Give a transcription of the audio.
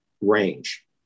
range